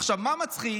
עכשיו, מה מצחיק?